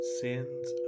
sins